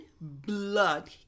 blood